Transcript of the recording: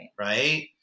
Right